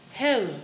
hell